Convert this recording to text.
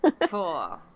Cool